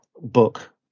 book